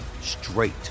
straight